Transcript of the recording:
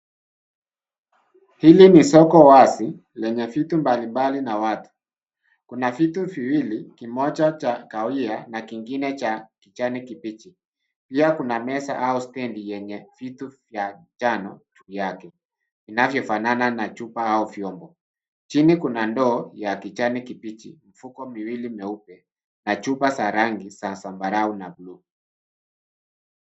Hili ni soko wazi lenye vitu mbali mbali na watu, kuna vitu viwili kimoja cha kawia na kingine cha kijani kibichi ,pia kuna meza au stendi yenye vitu vya kijana vyake inavyofanana na chupa au vyombo ,chini kuna ndoo ya kijani kibichi , mfuko miwili meupe na chupa za rangi za zambarau na buluu.